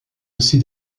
ainsi